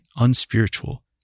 unspiritual